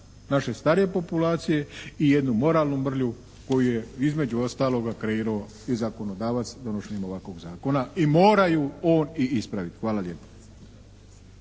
naše starije populacije i jednu moralnu mrlju koju je između ostaloga kreirao i zakonodavac donošenjem ovakvog zakona. I moraju ju on i ispraviti. Hvala lijepo.